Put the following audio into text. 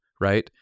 right